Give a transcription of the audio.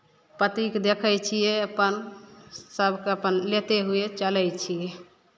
पतिकेँ देखै छियै अपन सभकेँ अपन लेते हुए चलै छियै